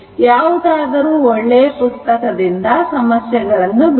ಯಾವುದಾದರೂ ಒಳ್ಳೆ ಪುಸ್ತಕದಿಂದ ಸಮಸ್ಯೆಗಳನ್ನು ಬಿಡಿಸಿ